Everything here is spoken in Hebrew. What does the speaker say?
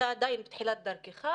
אתה עדיין בתחילת דרכך,